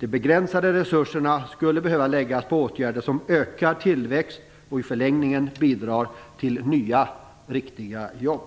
De begränsade resurserna skulle behöva läggas på åtgärder som ökar tillväxt och i förlängningen bidrar till nya, riktiga jobb.